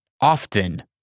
often